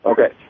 Okay